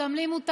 גם לי מותר.